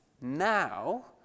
now